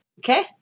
Okay